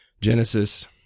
Genesis